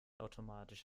automatisch